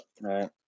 right